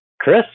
Chris